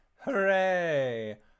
Hooray